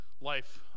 life